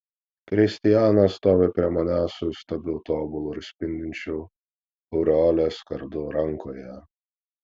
kristijanas stovi prie manęs su įstabiu tobulu ir spindinčiu aureolės kardu rankoje